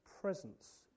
presence